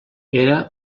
era